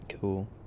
Cool